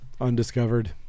undiscovered